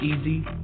easy